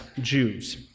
Jews